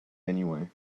anyway